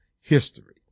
history